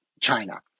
China